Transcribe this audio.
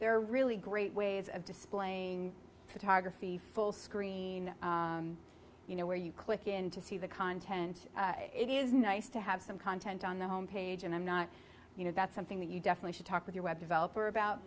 are really great ways of displaying photography full screen you know where you click in to see the content it is nice to have some content on the home page and i'm not you know that's something that you definitely should talk with your web developer about